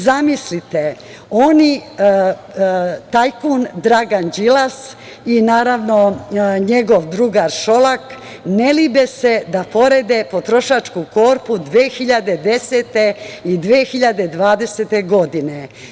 Zamislite, tajkun Dragan Đilas i naravno njegov drugar Šolak ne libe se da pored potrošačku korpu 2010. i 2020. godine.